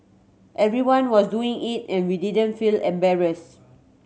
everyone was doing it and we didn't feel embarrassed